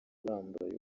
bambaye